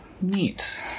Neat